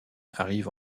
arrive